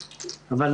אבל,